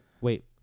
wait